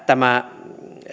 tämä